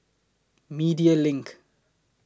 Media LINK